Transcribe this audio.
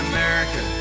America